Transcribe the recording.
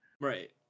Right